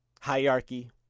hierarchy